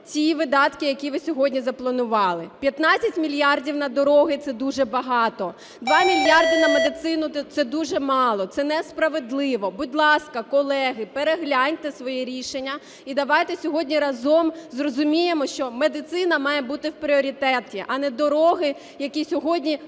ті видатки, які ви сьогодні запланували. 15 мільярдів на дороги – це дуже багато, 2 мільярди на медицину – це дуже мало. Це несправедливо. Будь ласка, колеги, перегляньте своє рішення, і давайте сьогодні разом зрозуміємо, що медицина має бути в пріоритеті, а не дороги, які сьогодні